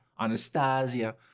Anastasia